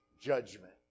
judgment